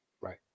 right